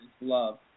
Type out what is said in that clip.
Love